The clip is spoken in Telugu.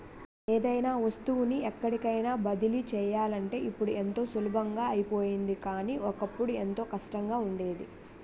ఏదైనా వస్తువుని ఎక్కడికైన బదిలీ చెయ్యాలంటే ఇప్పుడు ఎంతో సులభం అయిపోయింది కానీ, ఒకప్పుడు ఎంతో కష్టంగా ఉండేది